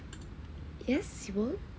yes